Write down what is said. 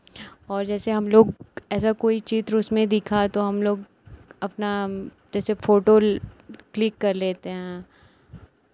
और जैसे हम लोग ऐसा कोई चित्र उसमें दिखा तो हम लोग अपना जैसे फोटो क्लिक कर लेते हैं